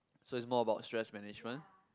so it's more about stress management